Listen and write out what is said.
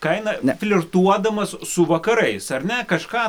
kainą flirtuodamas su vakarais ar ne kažką